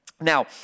Now